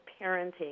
parenting